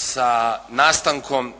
Sa nastankom